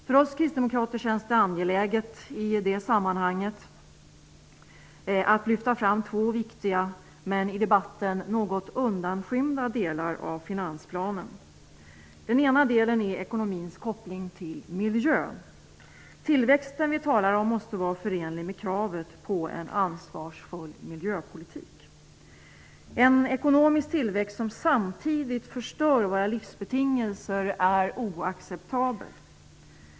För oss kristdemokrater känns det i detta sammanhang angeläget att lyfta fram två viktiga, men i debatten något undanskymda, delar av finansplanen. Den ena delen är ekonomins koppling till miljön. Tillväxten vi talar om måste vara förenlig med kravet på en ansvarsfull miljöpolitik. En ekonomisk tillväxt som samtidigt förstör våra livsbetingelser är oacceptabel.